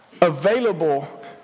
available